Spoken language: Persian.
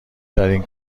ترین